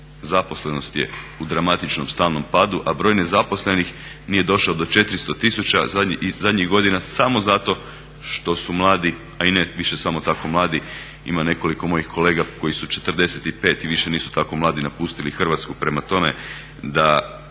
Zaposlenost je u dramatičnom stalnom padu, a broj nezaposlenih nije došao do 400 tisuća zadnjih godina samo zato što su mladi, a i ne više samo tako mladi, ima nekoliko mojih kolega koji su 45 i više nisu tako mladi napustili Hrvatsku. Prema tome, da